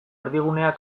erdigunea